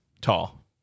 tall